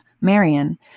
Marion